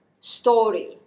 story